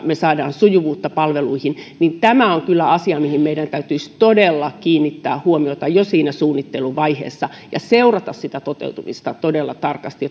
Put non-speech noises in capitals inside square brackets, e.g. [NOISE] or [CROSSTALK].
me saamme sujuvuutta palveluihin niin tämä on kyllä asia mihin meidän täytyisi todella kiinnittää huomiota jo siinä suunnitteluvaiheessa seurata sitä toteutumista todella tarkasti [UNINTELLIGIBLE]